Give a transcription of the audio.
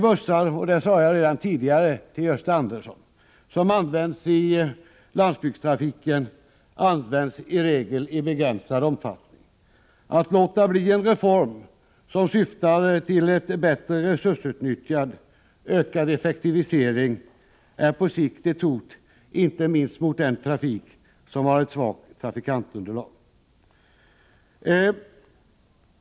Jag sade redan tidigare till Gösta Andersson, att de bussar som används i landsbygdstrafiken i regel används i begränsad omfattning. Att låta bli att genomföra en reform som syftar till ett bättre resursutnyttjande och ökad effektivisering är på sikt ett hot inte minst mot den trafik som har ett svagt trafikunderlag.